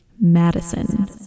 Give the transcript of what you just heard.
Madison